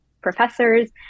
professors